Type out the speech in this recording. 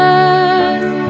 earth